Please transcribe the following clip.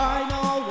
Final